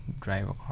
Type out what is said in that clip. drive